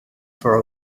for